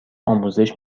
آموزش